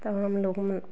तवन लगने